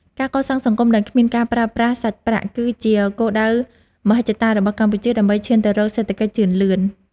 ការកសាងសង្គមដែលគ្មានការប្រើប្រាស់សាច់ប្រាក់ គឺជាគោលដៅមហិច្ឆតារបស់កម្ពុជាដើម្បីឈានទៅរកសេដ្ឋកិច្ចជឿនលឿន។